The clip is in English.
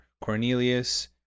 Cornelius